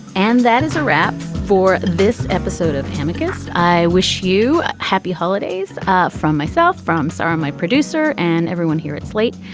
and that is a wrap for this episode of tamika's. i wish you happy holidays from myself, from sara, my producer, and everyone here at slate.